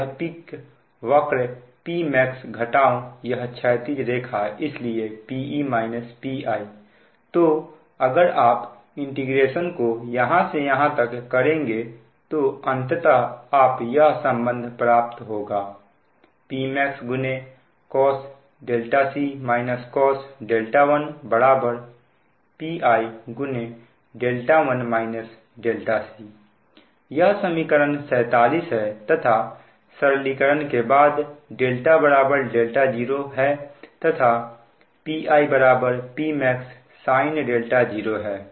यह पिक वक्र Pmax घटाओ यह क्षैतिज रेखा इसलिए Pe Pi तो अगर आप इंटीग्रेशन को यहां से यहां तक करेंगे तो अंततः आप यह संबंध प्राप्त होगा Pmax Pi यह समीकरण 47 है तथा सरलीकरण के बाद δ0 है तथा Pi Pmax sin 0 है